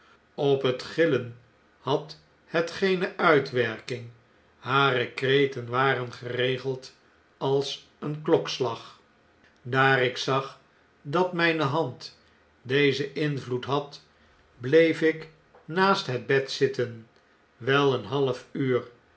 op het gillen had het geene uitwerking hare kreten waren geregeld als een klokslag daar ik zag dat mijne hand dezen invloed had bleef ik naast het bed zitten wel een half uur